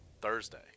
Thursday